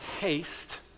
haste